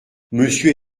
monsieur